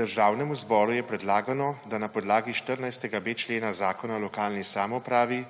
Državnemu zboru je predlagano, da na podlagi 14.b člena Zakona o lokalni samoupravi